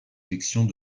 élections